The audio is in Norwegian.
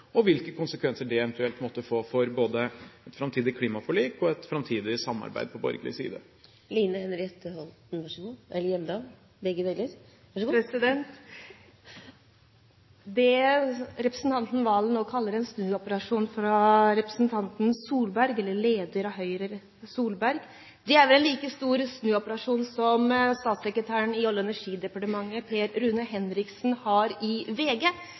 og hvilke konsekvenser det eventuelt måtte få, både for et framtidig klimaforlik og for et framtidig samarbeid på borgerlig side? Det som representanten Serigstad Valen nå kaller en snuoperasjon fra representanten Solberg, lederen av Høyre, er vel en like stor snuoperasjon som statssekretær i Olje- og energidepartementet Per Rune Henriksen har i VG,